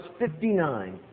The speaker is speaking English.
59